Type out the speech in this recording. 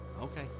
Okay